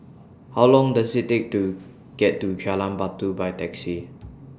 How Long Does IT Take to get to Jalan Batu By Taxi